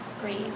great